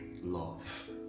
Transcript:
love